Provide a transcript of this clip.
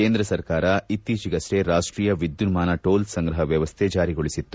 ಕೇಂದ್ರ ಸರ್ಕಾರ ಇತ್ತೀಚೆಗಷ್ಷೇ ರಾಷ್ಟೀಯ ವಿದ್ದುನ್ನಾನ ಟೋಲ್ ಸಂಗ್ರಹ ವ್ಯವಸ್ಥೆ ಜಾರಿಗೊಳಿಸಿತ್ತು